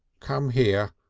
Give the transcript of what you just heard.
come here,